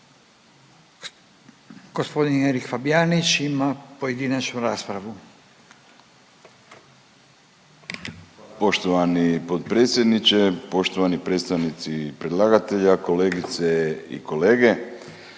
raspravu. **Fabijanić, Erik (Nezavisni)** Poštovani potpredsjedniče, poštovani predstavnici predlagatelja, kolegice i kolege.